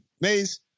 Maze